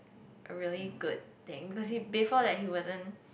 a really good thing because before that he wasn't